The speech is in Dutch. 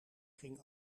ging